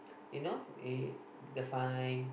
you know eh the fine